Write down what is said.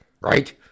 right